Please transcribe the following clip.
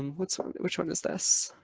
um what song, which one is this?